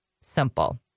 simple